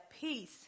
peace